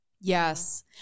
yes